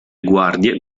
guardie